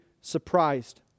surprised